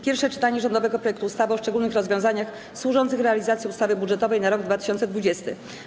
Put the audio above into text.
Pierwsze czytanie rządowego projektu ustawy o szczególnych rozwiązaniach służących realizacji ustawy budżetowej na rok 2020.